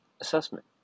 assessment